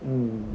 mm